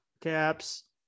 caps